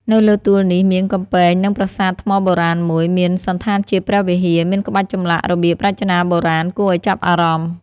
នៅលើទួលនេះ មានកំពែងនឹងប្រាសាទថ្មបុរាណមួយ មានសណ្ឋានជាព្រះវិហារ មានក្បាច់ចម្លាក់ របៀបរចនាបុរាណ គួរឲ្យចាប់អារម្មណ៍ ។